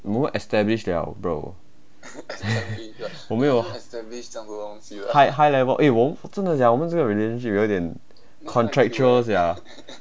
我们 establish liao bro 我没有 high high level eh 我们真的讲这个 relationship 有点 contractual sia